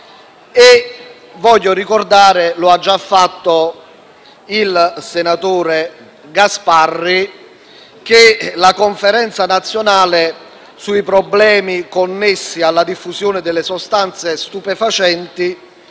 voglio ricordare, come ha già fatto il senatore Gasparri, che la Conferenza nazionale sui problemi connessi alla diffusione delle sostanze stupefacenti